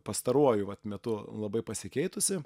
pastaruoju vat metu labai pasikeitusi